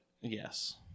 yes